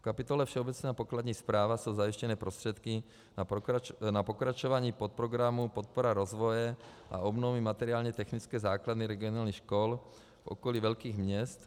V kapitole Všeobecná a pokladní správa jsou zajištěny prostředky na pokračování podprogramu Podpora rozvoje a obnovy materiálně technické základny regionálních škol v okolí velkých měst.